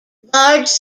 large